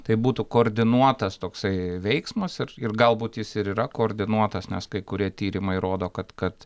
tai būtų koordinuotas toksai veiksmas ir galbūt jis ir yra koordinuotas nes kai kurie tyrimai rodo kad kad